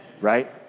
Right